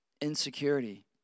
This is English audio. insecurity